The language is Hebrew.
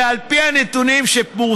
הרי על פי הנתונים שפורסמו,